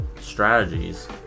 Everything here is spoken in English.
strategies